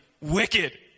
wicked